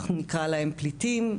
אנחנו נקרא להם פליטים.